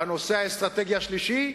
הנושא האסטרטגי השלישי,